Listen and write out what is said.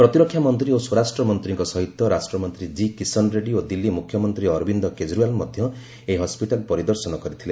ପ୍ରତିରକ୍ଷା ମନ୍ତ୍ରୀ ଓ ସ୍ୱରାଷ୍ଟ୍ର ମନ୍ତ୍ରୀଙ୍କ ସହିତ ରାଷ୍ଟ୍ରମନ୍ତ୍ରୀ ଜି କିଶନ୍ ରେଡ୍ଗୀ ଓ ଦିଲ୍ଲୀ ମୁଖ୍ୟମନ୍ତ୍ରୀ ଅରବିନ୍ଦ କେକରିୱାଲ୍ ମଧ୍ୟ ଏହି ହସ୍କିଟାଲ୍ ପରିଦର୍ଶନ କରିଥିଲେ